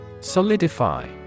Solidify